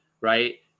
Right